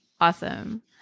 Awesome